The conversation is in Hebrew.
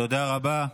תודה רבה.